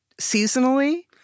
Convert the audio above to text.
seasonally